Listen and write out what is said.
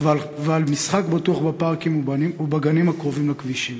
ועל משחק בטוח בפארקים ובגנים הקרובים לכבישים.